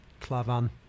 Clavan